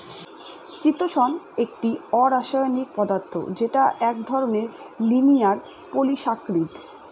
চিতোষণ একটি অরাষায়নিক পদার্থ যেটা এক ধরনের লিনিয়ার পলিসাকরীদ